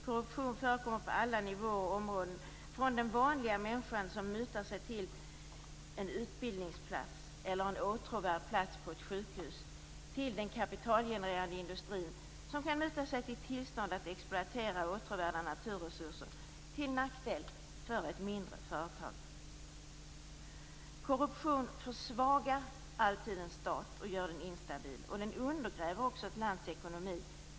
Korruption förekommer på alla nivåer och alla områden, från den vanliga människan som mutar sig till en utbildningsplats eller en åtråvärd plats på ett sjukhus till den kapitalgenererande industrin som kan muta sig till tillstånd att exploatera åtråvärda naturresurser till nackdel för ett mindre företag. Korruption försvagar alltid en stat och gör den instabil. Den undergräver också ett lands ekonomi.